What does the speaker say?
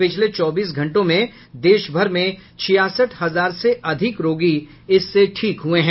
पिछले चौबीस घंटों में देशभर में छियासठ हजार से अधिक रोगी इससे ठीक हुए हैं